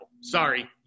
sorry